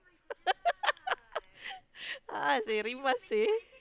a'ah seh rimas seh